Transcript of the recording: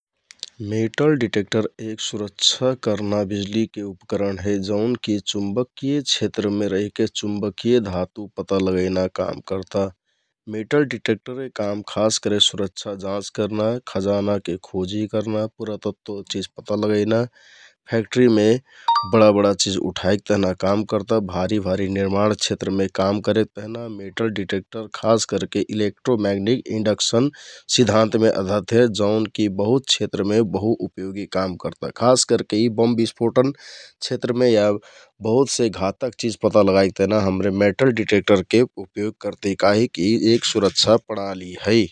मेटलडिटेक्टर एक सुरक्षा करना बिजलीके उपकरण हे । जौनकि चुम्बकिय क्षेत्रमे रहिके चुम्बकिय धातु पता लगैना काम करता । मेटलडिटेक्टरके काम खास करके सुरक्षा जाँच करना, खजानाके खोजि करना, पुरातत्वके चिज पता लगैना । फ्याक्ट्रिमे बडा बडा चिज उठाइक तहिना काम करता । भारि भारि निर्माणके क्षेत्रमे काम करेक तहनि मेटलडिटेक्टर इलेक्ट्रोम्यागनिटिक इन्डकसन सिद्दान्तमे आधारित हे । जौनकि बहुत क्षेत्रमे बहु उपयोगि काम करता । खास करके यि बम बिस्फोटन क्षेत्रमे या बहुत से धातक चिज पता लगाइक तहना हमरे मेटलडिटेक्टरके प्रयोग करति काहिकि एक सुरक्षा प्रणाली है ।